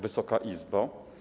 Wysoka Izbo!